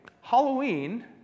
Halloween